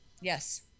Yes